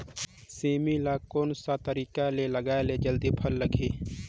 सेमी ला कोन सा तरीका से लगाय ले जल्दी फल लगही?